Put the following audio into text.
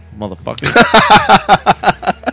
motherfucker